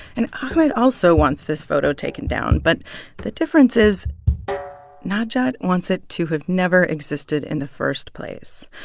and ahmed also wants this photo taken down, but the difference is najat wants it to have never existed in the first place.